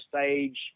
stage